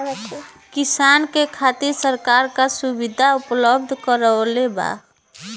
किसान के खातिर सरकार का सुविधा उपलब्ध करवले बा?